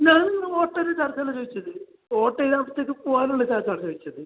ഞാൻ നിങ്ങളുടെ hotel charge അല്ല ചോദിച്ചത് ഓട്ടോയിൽ അവിടത്തേക്ക് പോവാൻ ഉള്ള ചാർജ് ആണ് ചോദിച്ചത്